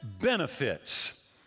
benefits